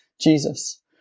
Jesus